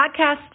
podcast